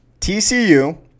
tcu